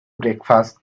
breakfast